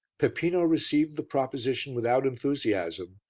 peppino received the proposition without enthusiasm,